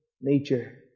nature